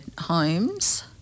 homes